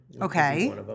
Okay